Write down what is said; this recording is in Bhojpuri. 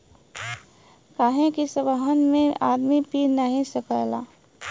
काहे कि सबहन में आदमी पी नाही सकला